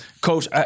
Coach